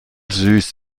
süß